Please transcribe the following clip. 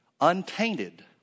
untainted